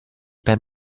beim